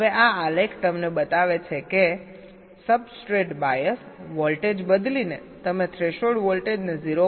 હવે આ આલેખ તમને બતાવે છે કે સબસ્ટ્રેટ બાયસ વોલ્ટેજ બદલીને તમે થ્રેશોલ્ડ વોલ્ટેજને 0